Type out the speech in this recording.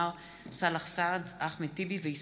מיכאל מלכיאלי, נורית קורן ועבד אל חכים חאג'